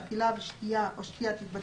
(4)אכילה או שתייה תתבצע,